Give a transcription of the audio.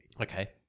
Okay